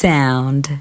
Sound